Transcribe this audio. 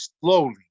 slowly